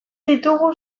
ditugu